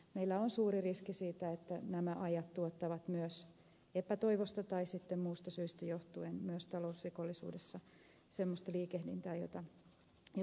meillä on suuri riski että nämä ajat tuottavat myös epätoivosta tai sitten muista syistä johtuen myös talousrikollisuudessa semmoista liikehdintää jota ei toivota